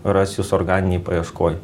ras jos organinėj paieškoj